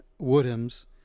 Woodhams